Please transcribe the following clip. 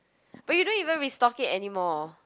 but you don't even restock it anymore